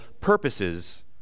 purposes